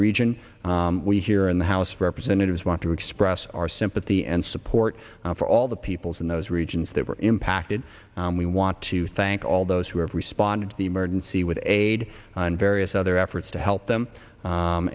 region we here in the house of representatives want to express our sympathy and support for all the peoples in those regions that were impacted and we want to thank all those who have responded to the emergency with aid and various other efforts to help them